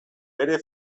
bere